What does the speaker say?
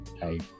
Hey